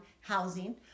housing